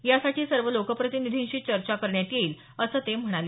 यासाठी सर्व लोकप्रतिनिधींशी चर्चा करण्यात येईल असं ते म्हणाले